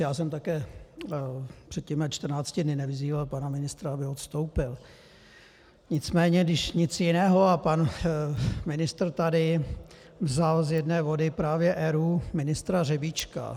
Já jsem také před těmi 14 dny nevyzýval pana ministra, aby odstoupil, nicméně když nic jiného a pan ministr tady vzal z jedné vody právě ERÚ, ministra Řebíčka.